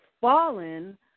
fallen